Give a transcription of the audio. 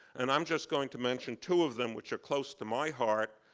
and i'm just going to mention two of them, which are close to my heart,